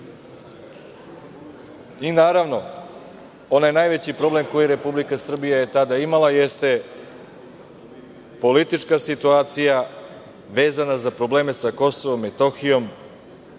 rajevima. Naravno, onaj najveći problem koji je Republika Srbija tada imala jeste politička situacija vezana za probleme sa Kosovom i Metohijom,